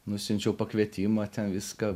nusiunčiau pakvietimą ten viską